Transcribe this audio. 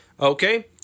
Okay